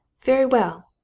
very well!